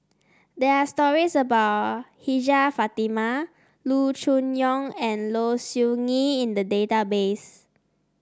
there are stories about Hajjah Fatimah Loo Choon Yong and Low Siew Nghee in the database